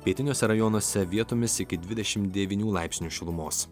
pietiniuose rajonuose vietomis iki dvidešim devynių laipsnių šilumos